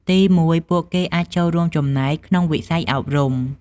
ទីមួយ ពួកគេអាចចូលរួមចំណែកក្នុងវិស័យអប់រំ។